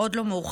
עוד לא מאוחר,